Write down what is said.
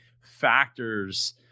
factors